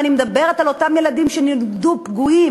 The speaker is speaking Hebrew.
ואני מדברת על אותם ילדים שנולדו פגועים